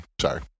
sorry